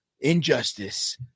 injustice